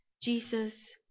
Jesus